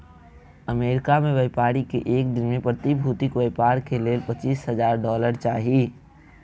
America में व्यापारी के एक दिन में प्रतिभूतिक व्यापार के लेल पचीस हजार डॉलर चाही